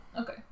Okay